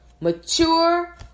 Mature